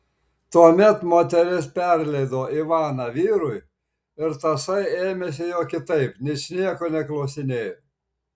tuomet moteris perleido ivaną vyrui ir tasai ėmėsi jo kitaip ničnieko neklausinėjo